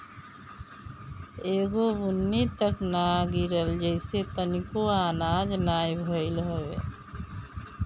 एगो बुन्नी तक ना गिरल जेसे तनिको आनाज नाही भइल हवे